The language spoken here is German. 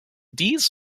dies